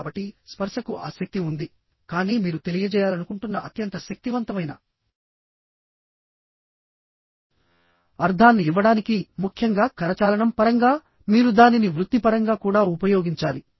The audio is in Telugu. కాబట్టిస్పర్శకు ఆ శక్తి ఉంది కానీ మీరు తెలియజేయాలనుకుంటున్న అత్యంత శక్తివంతమైన అర్ధాన్ని ఇవ్వడానికి ముఖ్యంగా కరచాలనం పరంగా మీరు దానిని వృత్తిపరంగా కూడా ఉపయోగించాలి